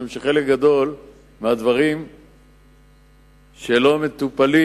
משום שחלק גדול מהדברים שלא מטופלים